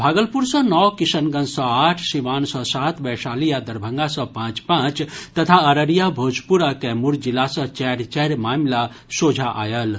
भागलपुर सँ नओ किशनगंज सँ आठ सिवान सँ सात वैशाली आ दरभंगा सँ पांच पांच तथा अररिया भोजपुर आ कैमूर जिला सँ चारि चारि मामिला सोझा आयल अछि